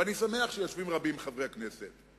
ואני שמח שיושבים רבים מחברי הכנסת: